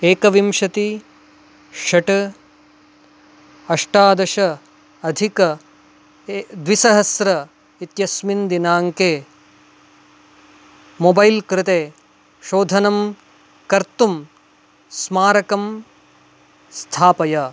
एकविंशति षड् अष्टादश अधिक द्विसहस्र इत्यस्मिन् दिनाङ्के मोबैल् कृते शोधनं कर्तुं स्मारकं स्थापय